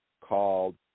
called